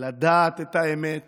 לדעת את האמת